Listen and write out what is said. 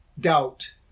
doubt